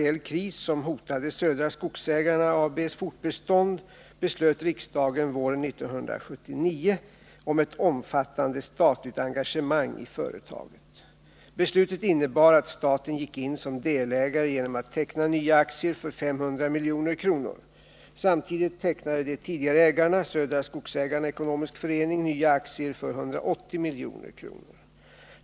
ekonomisk förening, nya aktier för 180 milj.kr.